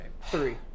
Three